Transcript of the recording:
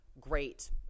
Great